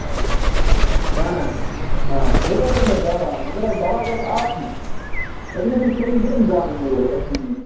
اَہَن حظ آ ضروٗرت اوس اَسہِ دَوا مگر حظ دَوا گَژھِ آسُن اَتہِ گَژھِی ژےٚ ہِیوۍ بیٚیہِ وول یَتھ زٔمیٖنَس